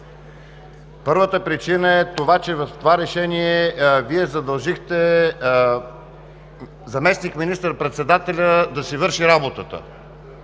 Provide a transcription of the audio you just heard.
Първата причина е, че в това решение Вие задължихте заместник министър-председателя да си върши работата.